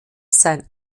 sein